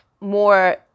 more